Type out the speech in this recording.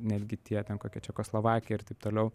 netgi tie ten kokia čekoslovakija ir taip toliau